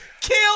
Kill